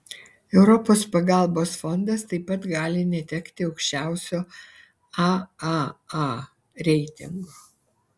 europos pagalbos fondas taip pat gali netekti aukščiausio aaa reitingo